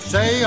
Say